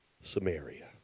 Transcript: Samaria